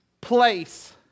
place